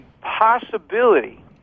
possibility